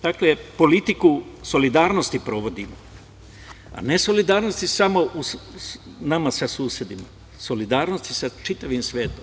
Dakle, politiku solidarnosti provodim, a ne solidarnosti samo nas sa susedima, već solidarnosti sa čitavim svetom.